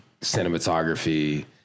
cinematography